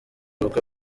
ubukwe